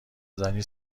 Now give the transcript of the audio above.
زنی